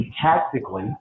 tactically